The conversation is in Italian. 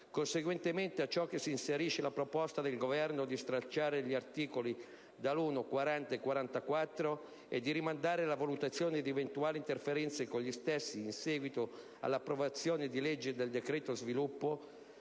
Conseguentemente a ciò si inserisce la proposta del Governo di stralciare gli articoli dall'1 al 40 e il 44 e di rimandare la valutazione di eventuali interferenze con gli stessi in seguito all'approvazione in legge del «decreto sviluppo».